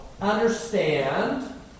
understand